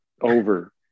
over